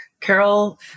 Carol